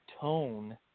tone